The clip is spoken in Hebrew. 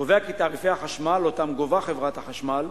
קובע כי תעריפי החשמל שגובה חברת החשמל,